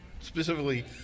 specifically